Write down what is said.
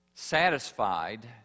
Satisfied